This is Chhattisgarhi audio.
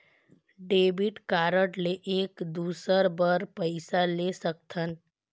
डेबिट कारड ले एक दुसर बार पइसा दे सकथन?